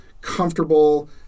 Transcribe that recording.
comfortable